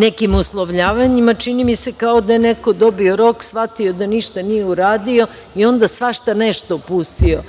nekim uslovljavanjima. Čini mi se, kao da je neko dobio rok, shvatio da ništa nije uradio i onda svašta nešto pustio